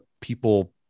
people